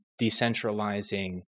decentralizing